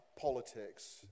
politics